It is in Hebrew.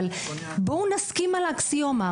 אבל בואו נסכים על האקסיומה.